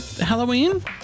Halloween